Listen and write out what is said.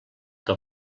que